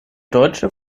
deutsche